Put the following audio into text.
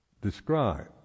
describe